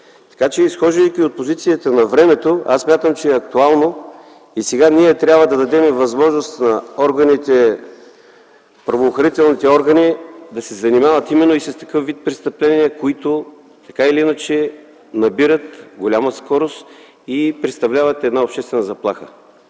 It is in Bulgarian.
Изхождайки от позицията на времето, аз смятам, че е актуално и сега трябва да дадем възможност на правоохранителните органи да се занимават именно и с такъв вид престъпления, които така или иначе набират голяма скорост и представляват обществена заплаха.